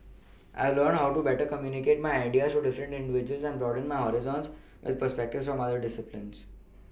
I've learnt how to better communicate my ideas to different individuals and broaden my horizons with perspectives from other disciplines